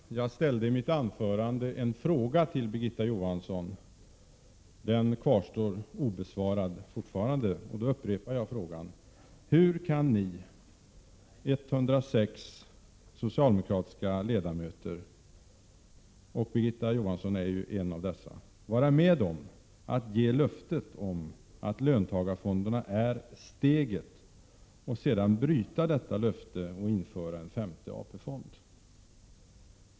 Fru talman! Jag ställde i mitt anförande en fråga till Birgitta Johansson. Den kvarstår fortfarande obesvarad. Jag upprepar frågan: Hur kan ni 106 socialdemokratiska ledamöter — Birgitta Johansson är en av dessa — vara med om att ge löftet att löntagarfonderna är ”steget” och sedan bryta detta löfte genom att införa en femte AP-fond?